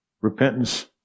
repentance